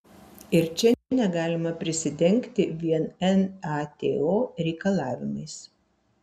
ir čia negalima prisidengti vien nato reikalavimais